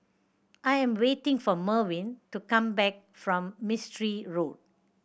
I am waiting for Merwin to come back from Mistri Road